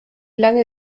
lange